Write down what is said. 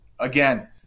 Again